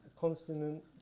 Consonant